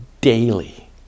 daily